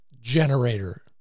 generator